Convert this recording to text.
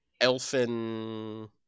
Elfin